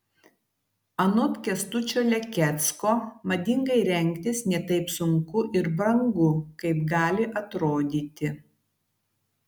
anot kęstučio lekecko madingai rengtis ne taip sunku ir brangu kaip gali atrodyti